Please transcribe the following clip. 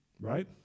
right